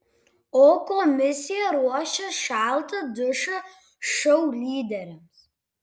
o komisija ruošia šaltą dušą šou lyderiams